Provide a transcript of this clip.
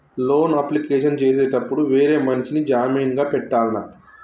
Loan application చేసేటప్పుడు వేరే మనిషిని జామీన్ గా పెట్టాల్నా?